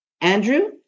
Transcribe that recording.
Andrew